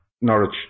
Norwich